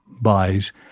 buys